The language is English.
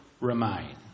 remain